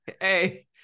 Hey